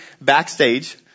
backstage